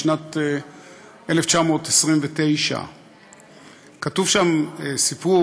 משנת 1929. כתוב שם סיפור,